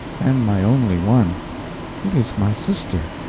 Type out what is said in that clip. and my only one it is my sister.